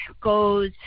goes